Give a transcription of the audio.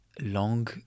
long